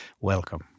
Welcome